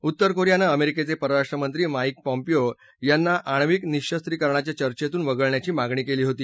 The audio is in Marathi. उत्तर कोरियानं अमेरिकेचे परराष्ट्रमंत्री माईक पॉंपिओ यांना आण्विक निरस्तीकरणाच्या चर्चेतून वगळण्याची मागणी केली होती